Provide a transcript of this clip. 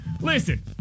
listen